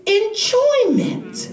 enjoyment